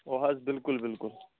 او حظ بالکل بالکل